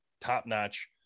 top-notch